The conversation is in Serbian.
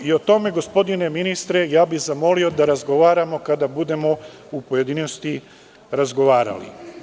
O tome, gospodine ministre, zamolio bih da razgovaramo kada budemo u pojedinostima razgovarali.